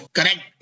Correct